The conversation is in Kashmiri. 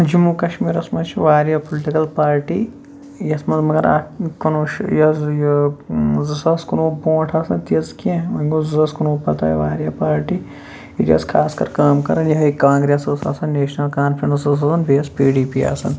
جموں کَشمیٖرَس مَنٛز چھ واریاہ پُلٹِکَل پاٹی یَتھ مَنٛز مَگَر اکھ کُنوُہ یہِ حظ یہِ زٕ ساس کُنوُہ برونٛٹھ آسنہٕ تیٖژٕ کینٛہہ وۄنۍ گوٚو زٕ ساس کُنوُہ پَتہٕ آے واریاہ پاٹی ییٚتہِ ٲسۍ خاص کَر کٲم کَران یِہے کانٛگریس اوس آسان نیشنَل کانفرنس اوس آسان بیٚیہِ ٲسۍ پی ڈی پی آسان